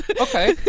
okay